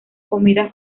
comida